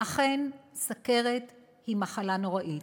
אכן סוכרת היא מחלה נוראית.